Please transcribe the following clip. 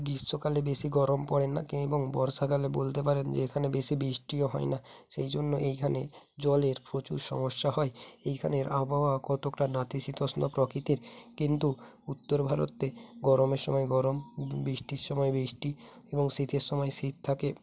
গ্রীষ্মকালে বেশি গরম পড়ে না এবং বর্ষাকালে বলতে পারেন যে এখানে বেশি বৃষ্টিও হয় না সেই জন্য এইখানে জলের প্রচুর সমস্যা হয় এইখানের আবহাওয়া কতকটা নাতিশীতোষ্ণ প্রকৃতির কিন্তু উত্তর ভারতে গরমের সময় গরম কিন্তু বৃষ্টির সময় বৃষ্টি এবং শীতের সময় শীত থাকে